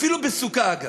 אפילו בסוכה, אגב.